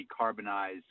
decarbonize